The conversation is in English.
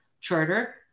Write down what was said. charter